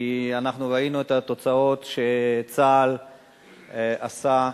כי ראינו את התוצאות שצה"ל עשה,